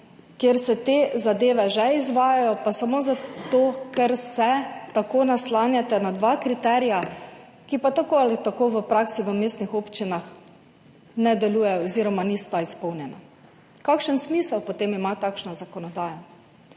ki si ga zaslužijo, in to samo zato, ker se tako naslanjate na dva kriterija, ki pa tako ali tako v praksi v mestnih občinah ne delujeta oziroma nista izpolnjena. Kakšen smisel ima potem takšna zakonodaja?